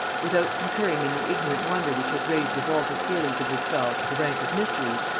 without concurring in the ignorant wonder which has raised the vaulted ceilings of this style to the rank of mysteries,